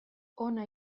hona